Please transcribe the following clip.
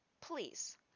please